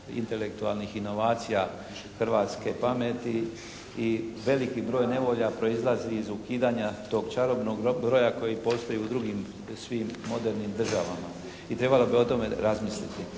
intelektualnih inovacija hrvatske pameti i veliki broj nevolja proizlazi iz tog čarobnog broja koji postoji u drugim svim modernim državama i trebalo bi o tome razmisliti.